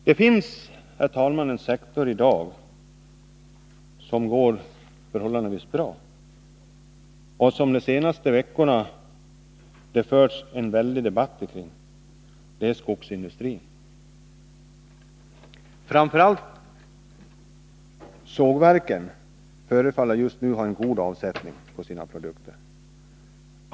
Det finns, herr talman, en sektor som i dag går förhållandevis bra och kring vilken det under de senaste veckorna förts en väldig debatt: skogsindustrin. Framför allt förefaller sågverken just nu ha en god avsättning för sina produkter.